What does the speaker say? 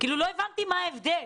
לא הבנתי מה ההבדל.